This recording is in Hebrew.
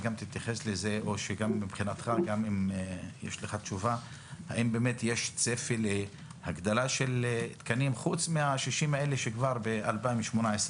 האם יש צפי להגדלה של תקנים פרט ל-60 האלה שגדלו כבר ב-2018.